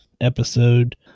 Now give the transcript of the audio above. episode